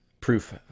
proof